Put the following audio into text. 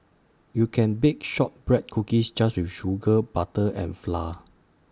you can bake Shortbread Cookies just with sugar butter and flour